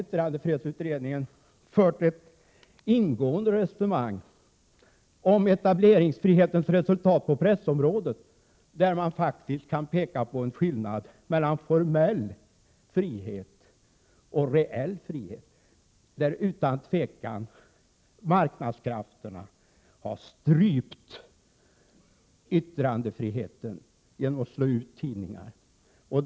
— yttrandefrihetsutredningen fört ett ingående resonemang om etableringsfrihetens resultat på pressområdet, där man faktiskt kan se skillnad mellan formell frihet och reell frihet, där utan tvivel marknadskrafterna har strypt yttrandefriheten genom att slå ut tidningar.